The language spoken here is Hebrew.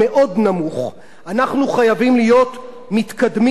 אנחנו חייבים להיות מתקדמים לא רק במונחים אזוריים,